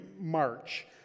march